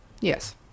Yes